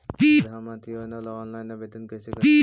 प्रधानमंत्री योजना ला ऑनलाइन आवेदन कैसे करे?